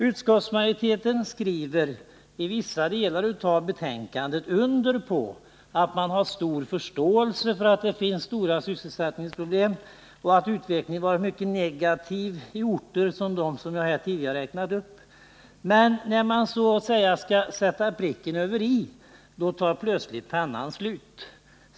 Utskottsmajoriteten skriver i vissa delar av betänkandet under på att man har stor förståelse för att det finns stora sysselsättningsproblem och att utvecklingen har varit mycket negativ i orter som dem som jag tidigare här räknat upp. Men när man skall så att säga ”sätta pricken över i” tar plötsligt pennan slut.